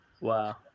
wow